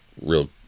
real